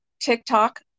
TikTok